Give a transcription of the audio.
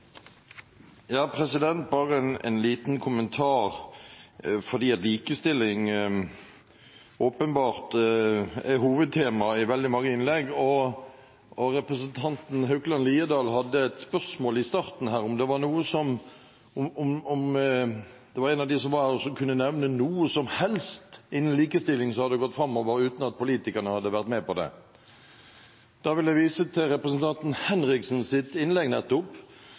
Bare en liten kommentar fordi likestilling åpenbart er hovedtema i veldig mange innlegg: Representanten Haukeland Liadal stilte et spørsmål i starten her om det kunne nevnes noe som helst innen likestilling som hadde gått framover uten at politikerne hadde vært med på det. Da vil jeg vise til representanten Martin Henriksens innlegg nettopp,